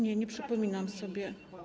Nie, nie przypominam sobie.